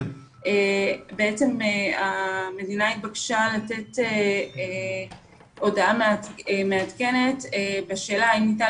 בעצם המדינה התבקשה לתת הודעה מעדכנת בשאלה האם ניתן